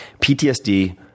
PTSD